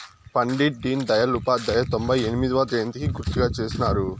పండిట్ డీన్ దయల్ ఉపాధ్యాయ తొంభై ఎనిమొదవ జయంతికి గుర్తుగా చేసినారు